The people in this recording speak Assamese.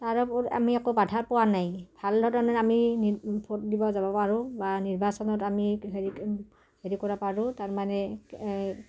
তাৰ ওপৰত আমি একো বাধা পোৱা নাই ভাল ধৰণে আমি নি ভোট দিব যাব পাৰোঁ বা নিৰ্বাচনত আমি হেৰি হেৰি কৰা পাৰোঁ তাৰমানে